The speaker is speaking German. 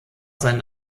sein